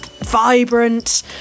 vibrant